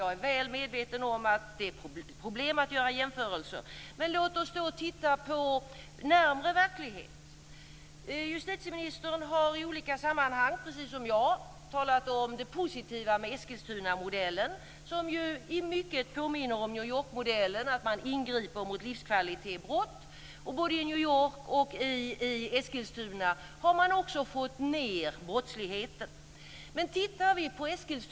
Jag är väl medveten om att det är förenat med problem att göra jämförelser men låt oss titta på en närmare verklighet! Justitieministern har i olika sammanhang, precis som jag, talat om det positiva med Eskilstunamodellen, som i mångt och mycket påminner om New Yorkmodellen, dvs. att man ingriper mot livskvalitetbrott. Både i New York och i Eskilstuna har man fått ned brottsligheten.